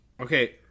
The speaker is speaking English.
Okay